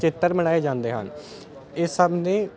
ਚਿੱਤਰ ਬਣਾਏ ਜਾਂਦੇ ਹਨ ਇਹ ਸਭ ਨੇ